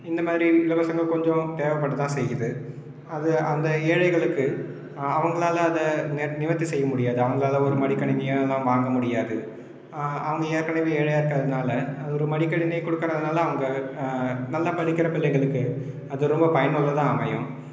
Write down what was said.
இந்தமாதிரி இலவசங்கள் கொஞ்சம் தேவைப்பட தான் செய்யுது அது அந்த ஏழைகளுக்கு அவங்களால அதை நெ நிவர்த்தி செய்ய முடியாது அவங்களால ஒரு மடிக்கணினியா அதெல்லாம் வாங்க முடியாது அவுங்க ஏற்கனவே ஏழையாக இருக்கிறதுனால அது ஒரு மடிக்கணினி கொடுக்கறதுனால அவங்க நல்லா படிக்கிற பிள்ளைங்களுக்கு அது ரொம்ப பயனுள்ளதாக அமையும்